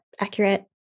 accurate